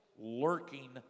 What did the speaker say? lurking